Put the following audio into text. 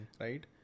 Right